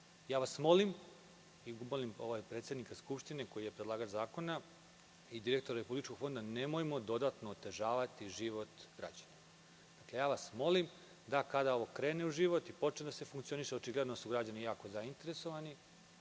ja vas molim, molim predsednika Skupštine koji je predlagač zakona, kao i direktora Republičkog fonda, nemojmo dodatno otežavati život građana. Dakle, molim vas, kada ovo krene u život i počne da funkcioniše, očigledno da su građani jako zainteresovani,